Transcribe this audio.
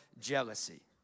jealousy